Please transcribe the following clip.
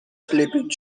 sleeping